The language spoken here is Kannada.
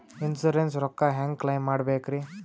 ಇನ್ಸೂರೆನ್ಸ್ ರೊಕ್ಕ ಹೆಂಗ ಕ್ಲೈಮ ಮಾಡ್ಬೇಕ್ರಿ?